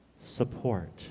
support